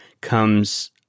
comes